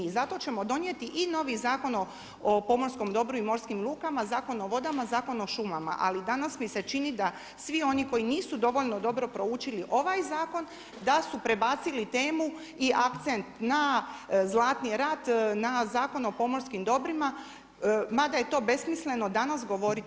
I zato ćemo donijeti i novi Zakon o pomorskom dobru i morskim lukama, Zakon o vodama, Zakon o šumama, ali danas mi se čini da svi oni koji nisu dovoljno dobro proučili ovaj zakon da su prebacili temu i akcent na Zlatni rat, na Zakon o pomorskim dobrima mada je to besmisleno danas govoriti.